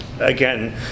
again